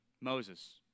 Moses